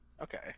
Okay